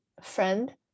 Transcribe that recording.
friend